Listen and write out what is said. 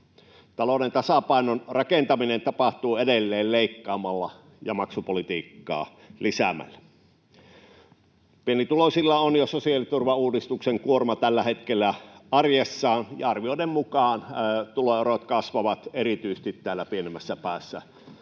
Talouden tasapainon rakentaminen tapahtuu edelleen leikkaamalla ja maksupolitiikkaa lisäämällä. Pienituloisilla on jo sosiaaliturvauudistuksen kuorma tällä hetkellä arjessaan. Arvioiden mukaan tuloerot kasvavat erityisesti täällä pienemmässä päässä,